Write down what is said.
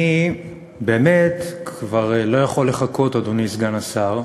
אני באמת כבר לא יכול לחכות, אדוני סגן השר.